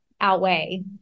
outweigh